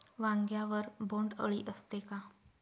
वांग्यावर बोंडअळी असते का?